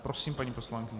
Prosím, paní poslankyně.